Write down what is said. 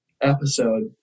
episode